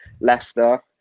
Leicester